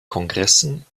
kongressen